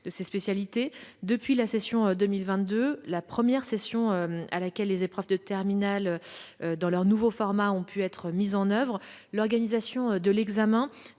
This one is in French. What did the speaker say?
possibles. Depuis la session 2022, première session pour laquelle les épreuves de terminale dans leur nouveau format ont pu être mises en oeuvre, l'organisation de l'examen